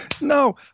No